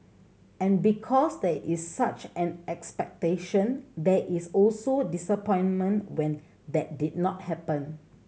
and because there is such an expectation there is also disappointment when that did not happen